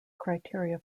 criteria